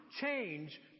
change